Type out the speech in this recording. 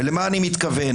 ולמה אני מתכוון?